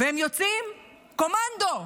והם יוצאים, קומנדו,